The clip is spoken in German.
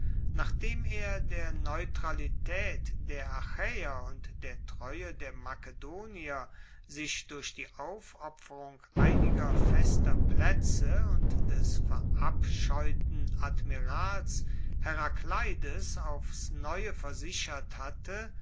nachdem er der neutralitaet der achaeer und der treue der makedonier sich durch die aufopferung einiger festen plaetze und des verabscheuten admirals herakleides aufs neue versichert hatte